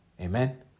Amen